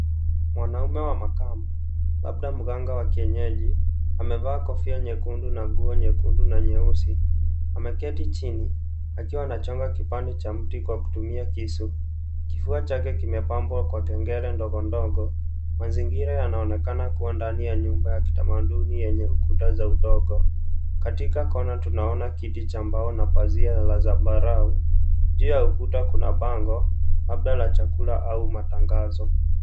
Mwanaume wa makamo labda mrengo wa kienyeji amevaa kofia nyekundu na nguo nyekundu na nyeusi. Ameketi chini akiwa anachonga kipande cha mti kwa kutumia kisu. Kifua chake kimepambwa na kengele ndogo ndogo. Mazingira yanaonekana kuwa ndani ya nyumba ya kitamaduni yenye kuta za udongo. Katika kona tunaona kiti cha mbao na pazia ya zambarau. Juu ya ukuta kuna bango labda ya chakula au matangazo.